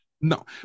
No